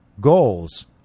goals